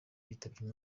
bitabye